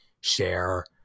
share